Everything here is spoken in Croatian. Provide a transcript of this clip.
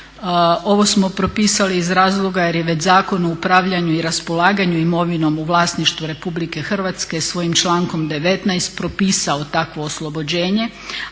Ovo smo propisali iz razloga jer je već Zakon o upravljanju i raspolaganju imovinom u vlasništvu Republike Hrvatske svojim člankom 19. propisao takvo oslobođenje,